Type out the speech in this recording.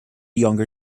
younger